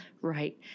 right